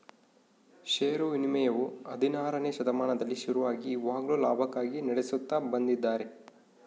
ಷೇರು ವಿನಿಮಯವು ಹದಿನಾರನೆ ಶತಮಾನದಲ್ಲಿ ಶುರುವಾಗಿ ಇವಾಗ್ಲೂ ಲಾಭಕ್ಕಾಗಿ ನಡೆಸುತ್ತ ಬಂದಿದ್ದಾರೆ